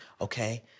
okay